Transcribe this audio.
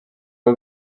aba